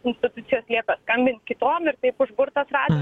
institucijos liepia skambint kitom ir taip užburtas ratas